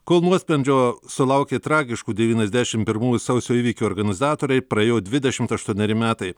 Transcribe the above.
kol nuosprendžio sulaukė tragiškų devyniasdešim pirmųjų sausio įvykių organizatoriai praėjo dvidešimt aštuoneri metai